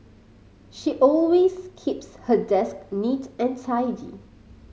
she always keeps her desk neat and tidy